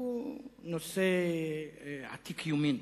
הוא נושא עתיק יומין,